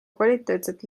kvaliteetset